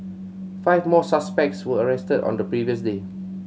five more suspects were arrested on the previous day